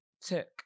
took